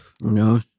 No